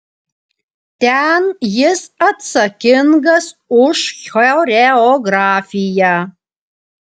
ten jis atsakingas už choreografiją